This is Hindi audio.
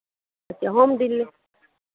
अच्छा होम डिले